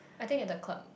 I think at the club